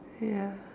ya